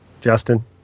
Justin